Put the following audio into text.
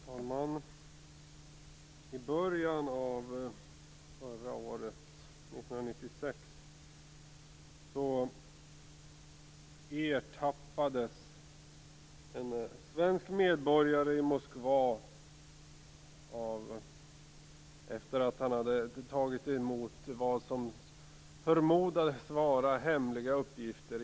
Fru talman! I början av förra året ertappades en svensk medborgare i Moskva efter det att han i en liten rysk docka hade tagit emot vad som förmodades vara hemliga uppgifter.